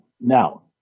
now